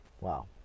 Wow